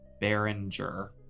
Berenger